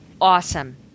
awesome